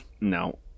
No